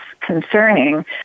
concerning